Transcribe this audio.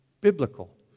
Biblical